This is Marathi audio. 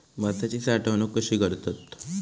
भाताची साठवूनक कशी करतत?